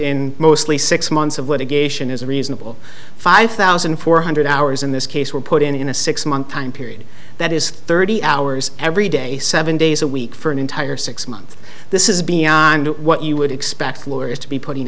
in mostly six months of litigation is a reasonable five thousand four hundred hours in this case were put in a six month time period that is thirty hours every day seven days a week for an entire six months this is beyond what you would expect lawyers to be putting